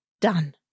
done